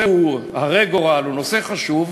כבוד לבניין הזה בהרבה מאוד החלטות קשות.